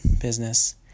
business